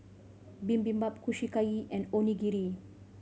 Bibimbap Kushiyaki and Onigiri